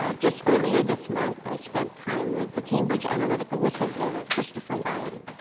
ah just earlier this month, i spent time with the cambridge analytica whistleblower, christopher wylie.